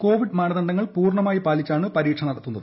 Covid മാനദണ്ഡങ്ങൾ പൂർണ്ണമായി പാലിച്ചാണ് പരീക്ഷ നടത്തുന്നത്